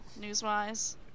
news-wise